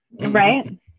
right